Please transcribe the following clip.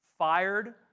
fired